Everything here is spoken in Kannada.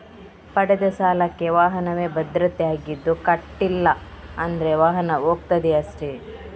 ಪಡೆದ ಸಾಲಕ್ಕೆ ವಾಹನವೇ ಭದ್ರತೆ ಆಗಿದ್ದು ಕಟ್ಲಿಲ್ಲ ಅಂದ್ರೆ ವಾಹನ ಹೋಗ್ತದೆ ಅಷ್ಟೇ